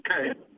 Okay